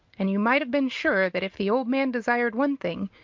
and you might have been sure, that if the old man desired one thing,